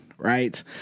Right